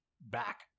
back